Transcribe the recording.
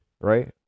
right